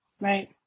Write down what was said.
Right